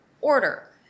order